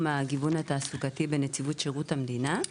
הגיוון התעסוקתי בנציבות שירות המדינה.